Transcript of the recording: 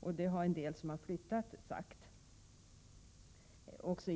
att läsa i svaret. Även en del av dem som flyttat är av samma åsikt.